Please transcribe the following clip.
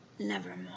nevermore